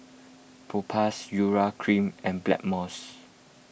Propass Urea Cream and Blackmores